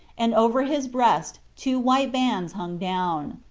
and over his breast two white bands hung down.